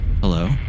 Hello